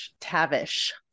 tavish